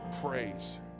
Praise